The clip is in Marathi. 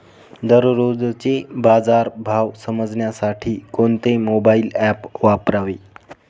दररोजचे बाजार भाव समजण्यासाठी कोणते मोबाईल ॲप वापरावे?